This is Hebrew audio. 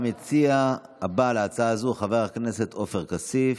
המציע הבא להצעה זו, חבר הכנסת עופר כסיף,